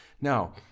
Now